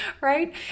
right